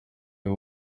y’u